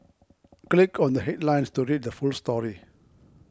click on the headlines to read the full story